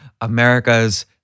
America's